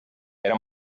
era